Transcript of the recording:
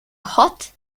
hot